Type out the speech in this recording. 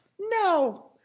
No